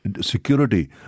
security